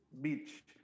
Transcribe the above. Beach